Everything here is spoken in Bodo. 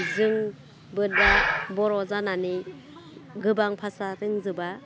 जोंबो दा बर' जानानै गोबां भाषा रोंजोबा